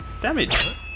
damage